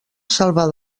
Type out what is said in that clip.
salvar